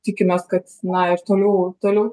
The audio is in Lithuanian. tikimės kad na ir toliau toliau